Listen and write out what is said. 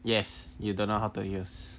yes you don't know how to use